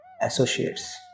associates